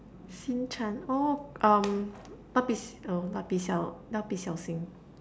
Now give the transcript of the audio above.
shin-chan oh um 蜡笔小新： la bi xiao xin